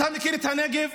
אתה מכיר את הנגב?